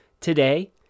today